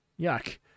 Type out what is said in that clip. Yuck